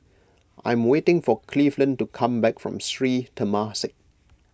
I am waiting for Cleveland to come back from Sri Temasek